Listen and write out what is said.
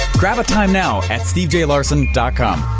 grab a time now at stevejlarsen and com!